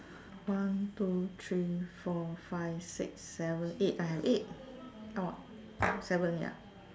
one two three four five six seven eight I have eight orh seven ya